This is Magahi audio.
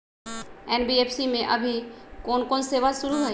एन.बी.एफ.सी में अभी कोन कोन सेवा शुरु हई?